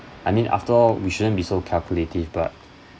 I mean after all we shouldn't be so calculative but